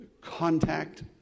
contact